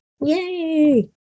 Yay